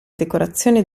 decorazioni